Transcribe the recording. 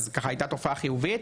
אז זו הייתה תופעה חיובית.